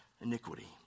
iniquity